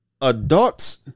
adults